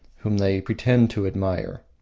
whom they pretend to admire.